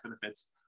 benefits